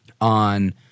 on